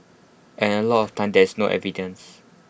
and A lot of the time there's no evidence